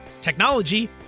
technology